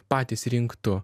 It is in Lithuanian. patys rinktų